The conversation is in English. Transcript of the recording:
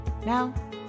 Now